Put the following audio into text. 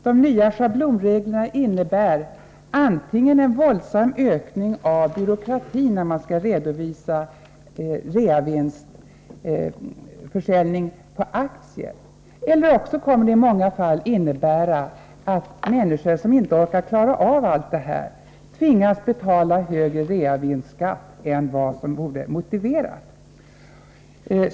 De nya schablonreglerna innebär antingen en våldsam ökning av byråkratin i samband med redovisning av reavinst vid försäljning av aktier eller också att människor, som inte klarar av allt det här, tvingas betala högre reavinstsskatt än som är motiverat.